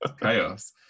chaos